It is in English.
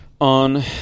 on